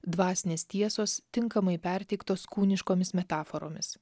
dvasinės tiesos tinkamai perteiktos kūniškomis metaforomis